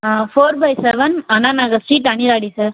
four by seven Anna Nagar street அணிலாடி sir